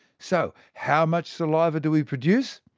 so how much saliva do we produce?